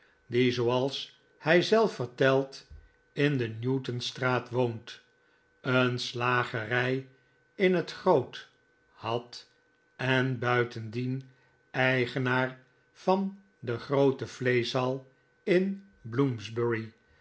die zooals hij zelf vertelt in de newton straat woonde een slagerij in het grootfhad en buitendien eigenaar van de groote vleeschhal in